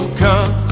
come